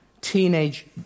teenage